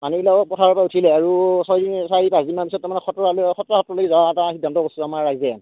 মানুহবিলাকক পথাৰৰ পৰা উঠিলেই আৰু ছয়দিন চাৰি পাঁচদিন মান পিছত তাৰমানে খটৰালৈ খটৰা সত্ৰলৈ যাৱাৰ এটা সিদ্ধান্ত কৰিছোঁ আমাৰ ৰাইজে